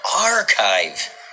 archive